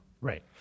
Right